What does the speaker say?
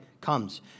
comes